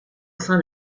van